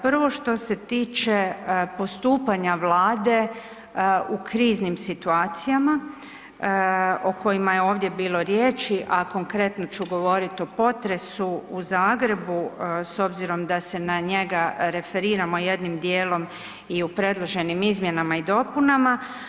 Prvo što se tiče postupanja Vlade u kriznim situacijama o kojima je ovdje bilo riječi, a konkretno ću govoriti o potresu u Zagrebu s obzirom da se na njega referiramo jednim dijelom i u predloženim izmjenama i dopunama.